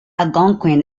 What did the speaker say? algonquin